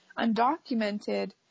undocumented